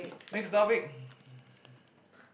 next topic